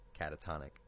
catatonic